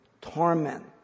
torment